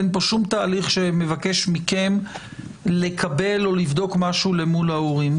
אין פה שום תהליך שמבקש מכם לקבל או לבדוק משהו אל מול ההורים.